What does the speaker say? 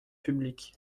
public